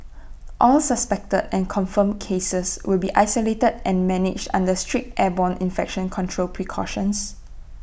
all suspected and confirmed cases will be isolated and managed under strict airborne infection control precautions